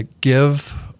give